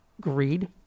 greed